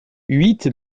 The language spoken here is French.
huit